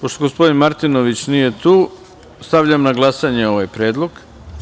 Pošto gospodin Maritnović nije tu, stavljam na glasanje ovaj predlog.